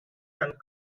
and